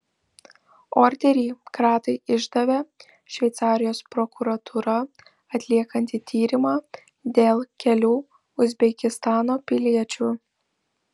orderį kratai išdavė šveicarijos prokuratūra atliekanti tyrimą dėl kelių uzbekistano piliečių